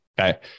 Okay